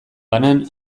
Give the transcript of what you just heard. banan